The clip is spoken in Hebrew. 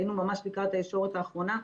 היינו ממש לקראת הישורת האחרונה.